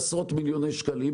עשרות מיליוני שקלים,